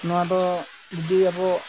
ᱱᱚᱣᱟ ᱫᱚ ᱡᱩᱫᱤ ᱟᱵᱚ